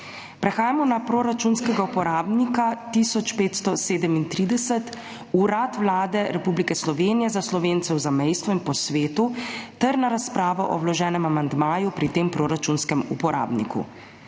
Prehajamo na proračunskega uporabnika 1537 Urad Vlade Republike Slovenije za Slovence v zamejstvu in po svetu ter na razpravo o vloženem amandmaju pri tem proračunskem uporabniku.